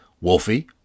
Wolfie